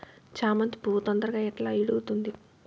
చామంతి పువ్వు తొందరగా ఎట్లా ఇడుగుతుంది?